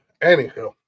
anywho